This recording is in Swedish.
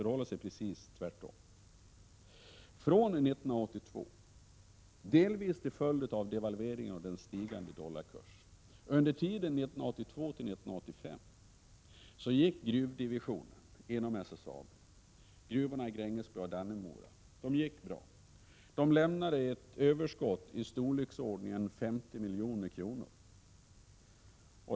Från 1982 till 1985, delvis till följd av devalveringen och den stigande dollarkursen, gick gruvdivisionen inom SSAB, dvs. gruvorna i Grängesberg och Dannemora, bra. De gav ett överskott på ca 50 milj.kr.